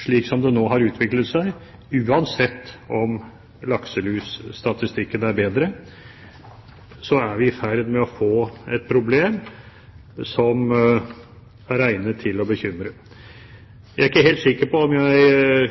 slik som det nå har utviklet seg, ser jeg at uansett om lakselusstatistikken er bedre, er vi i ferd med å få et problem som er egnet til å bekymre. Jeg er ikke helt sikker på om jeg